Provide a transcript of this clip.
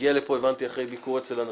שהגיע לפה אחרי ביקור אצל הנשיא.